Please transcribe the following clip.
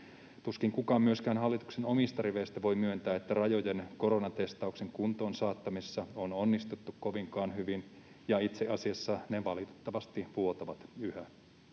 Tuskin kukaan myöskään hallituksen omista riveistä voi myöntää, että rajojen koronatestauksen kuntoon saattamisessa olisi onnistuttu kovinkaan hyvin, ja itse asiassa ne valitettavasti vuotavat yhä.